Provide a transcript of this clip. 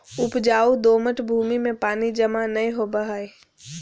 उपजाऊ दोमट भूमि में पानी जमा नै होवई हई